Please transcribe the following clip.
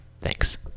Thanks